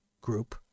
group